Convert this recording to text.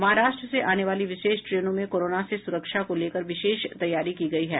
महाराष्ट्र से आने वाली विशेष ट्रेनों में कोरोना से सुरक्षा को लेकर विशेष तैयारी की गयी है